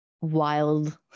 wild